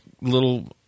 little